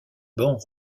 bancs